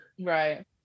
Right